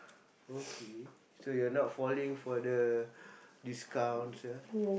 okay so you're not falling for the discounts ah